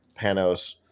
Panos